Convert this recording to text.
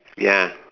ya